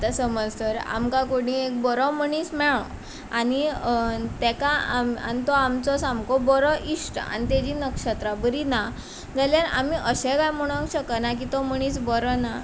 आतां समज तर आमकां कोणी एक बरो मनीस मेळ्ळो आनी ताका तो तो आमचो सामको बरो इश्ट आनी ताजी नक्षत्रां बरीं ना जाल्यार आमी अशें काय म्हणूंक शकना की तो मनीस बरो ना